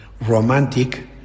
romantic